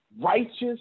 righteous